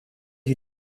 die